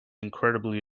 incredibly